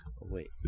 Wait